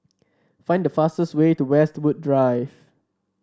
find the fastest way to Westwood Drive